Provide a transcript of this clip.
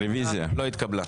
לא התקבלה.